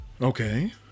Okay